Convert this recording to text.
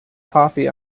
coffee